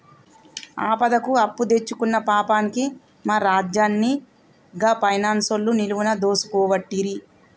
ఆపదకు అప్పుదెచ్చుకున్న పాపానికి మా రాజన్ని గా పైనాన్సోళ్లు నిలువున దోసుకోవట్టిరి